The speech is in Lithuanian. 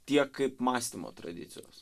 tiek kaip mąstymo tradicijos